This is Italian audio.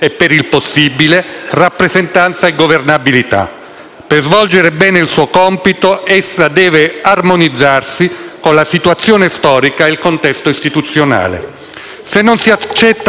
Per svolgere bene il suo compito, essa deve armonizzarsi con la situazione storica e il contesto istituzionale. Se non si accetta questa premessa non si comprende perché uomini